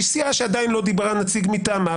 היא מסיעה שעדיין לא דיברה נציג מטעמה,